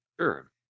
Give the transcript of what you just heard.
Sure